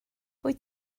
wyt